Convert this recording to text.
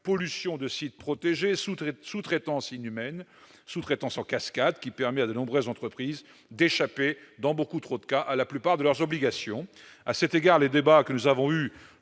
pollution de sites protégés, la sous-traitance inhumaine, la sous-traitance en cascade, qui permettent à de nombreuses entreprises d'échapper, dans de trop nombreux cas, à la plupart de leurs obligations. Les débats que nous avons eus